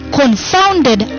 confounded